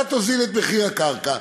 אתה תוזיל את מחיר הקרקע,